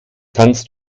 kannst